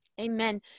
Amen